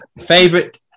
favorite